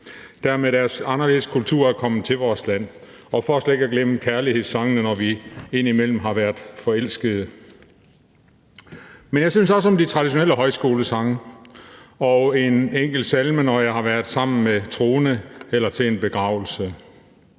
med deres anderledes kultur er kommet til vores land, og slet ikke at forglemme kærlighedssangene, når vi indimellem har været forelskede. Men jeg synes også om de traditionelle højskolesange og en enkelt salme, når jeg har været sammen med troende eller til en begravelse.